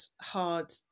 hard